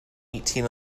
eigtheen